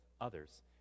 others